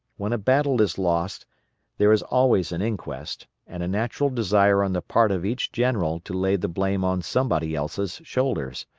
when a battle is lost there is always an inquest, and a natural desire on the part of each general to lay the blame on somebody else's shoulders.